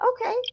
Okay